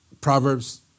Proverbs